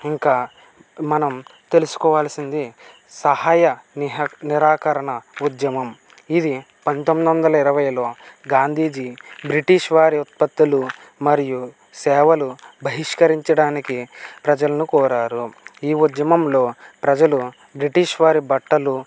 ఇంకా మనం తెలుసుకోవలసింది సహాయ నిహా నిరాకరణ ఉద్యమం ఇది పంతొమ్మిదొందల ఇరవైలో గాంధీజీ బ్రిటిష్ వారి ఉత్పత్తులు మరియు సేవలు బహిష్కరించడానికి ప్రజలను కోరారు ఈ ఉద్యమంలో ప్రజలు బ్రిటిష్ వారి బట్టలు